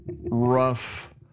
rough